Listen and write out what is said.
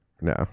No